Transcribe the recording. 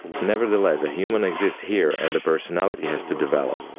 nevertheless, a human exists here, and the personality has to develop.